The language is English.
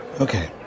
Okay